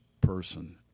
person